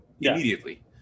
immediately